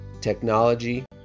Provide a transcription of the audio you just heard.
Technology